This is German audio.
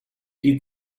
die